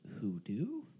hoodoo